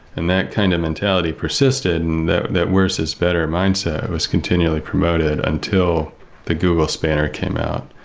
and that kind of mentality persisted, and that that worse is better mindset was continually promoted until the google spanner came out.